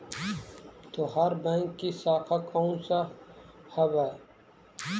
तोहार बैंक की शाखा कौन सा हवअ